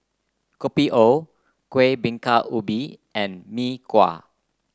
Kopi O Kueh Bingka Ubi and Mee Kuah